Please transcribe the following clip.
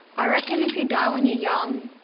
ah reckon if you die when you're young,